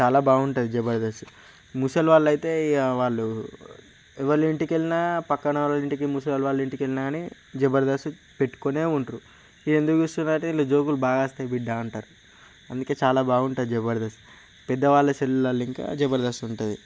చాలా బాగుంటుంది జబర్దస్త్ ముసలి వాళ్ళైతే ఇక వాళ్ళు ఎవరింటికి వెళ్ళినా పక్కనోళ్ళ ఇంటికి ముసలి వాళ్ళింటికెళ్ళినా కానీ జబర్దస్త్ పెట్టుకొనే ఉంటారు ఎందుకు చూస్తున్నారు అంటే వీళ్ళు జోకులు బాగోస్తాయి బిడ్డా అంటారు అందుకే చాలా బాగుంటుంది జబర్దస్త్ పెద్దవాళ్ళ సెల్లుల్లో ఇంకా జబర్దస్త్ ఉంటుంది